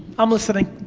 i'm listening.